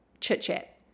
chit-chat